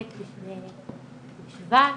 ט' בשבט,